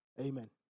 Amen